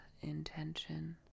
intention